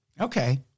Okay